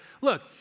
look